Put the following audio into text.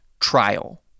trial